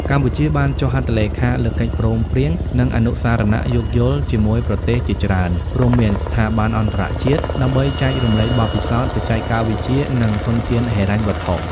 កម្ពុជាបានចុះហត្ថលេខាលើកិច្ចព្រមព្រៀង និងអនុស្សរណៈយោគយល់ជាមួយប្រទេសជាច្រើនរួមមានស្ថាប័នអន្តរជាតិ ដើម្បីចែករំលែកបទពិសោធន៍ បច្ចេកវិទ្យា និងធនធានហិរញ្ញវត្ថុ។